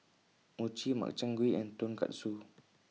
Mochi Makchang Gui and Tonkatsu